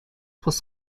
was